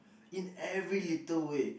in every little way